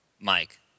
Mike